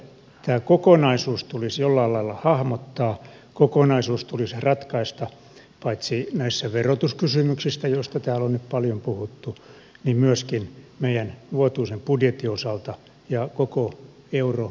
tämä kokonaisuus tulisi jollain lailla hahmottaa kokonaisuus tulisi ratkaista paitsi näissä verotuskysymyksissä joista täällä on nyt paljon puhuttu myöskin meidän vuotuisen budjettimme osalta ja koko euroalueella